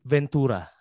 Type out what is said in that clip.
Ventura